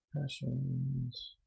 Passions